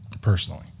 personally